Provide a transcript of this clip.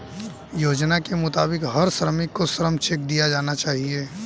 योजना के मुताबिक हर श्रमिक को श्रम चेक दिया जाना हैं